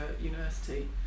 university